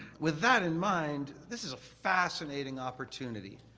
with that in mind, this is a fascinating opportunity.